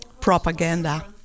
propaganda